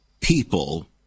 people